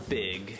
big